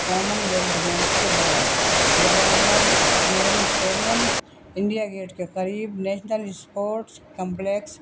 common wealth games کے بعد Jawaharlal Nehru stadium India gate کے قریب نیشنل اسپورٹس کمپلیکس